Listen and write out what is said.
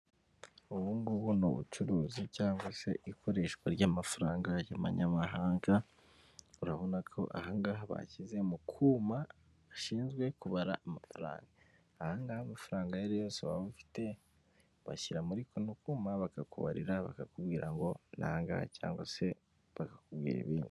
Ubungubu ni ubucuruzi cyangwa se ikoreshwa ry'amafaranga y'Abamanyamahanga, urabona ko ahangaha bashyize mu kuma ashinzwe kubara amafaranga, aha ngaha amafaranga ayariyo yose waba ufite, bashyira muri kano kuma bakakubarira bakakubwira ngo nayangaya cyangwa se, bakakubwira ibindi.